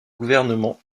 gouvernement